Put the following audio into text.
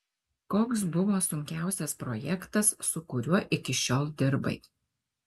koks buvo sunkiausias projektas su kuriuo iki šiol dirbai